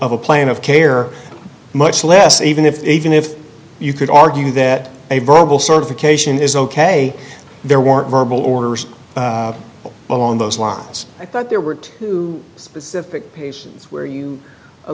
of a plane of care much less even if even if you could argue that a verbal certification is ok there were verbal orders along those lines i thought there were two specific patients where you